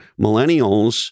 millennials